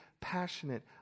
passionate